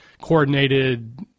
coordinated